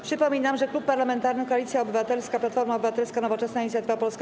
Przypominam, że Klub Parlamentarny Koalicja Obywatelska - Platforma Obywatelska, Nowoczesna, Inicjatywa Polska,